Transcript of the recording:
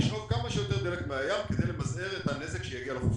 ולשאוב כמה שיותר דלק מהים כדי למזער את הנזק שיגיע לחופים.